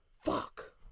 fuck